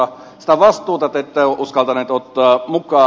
sitä vastuuta te ette ole uskaltaneet ottaa mukaan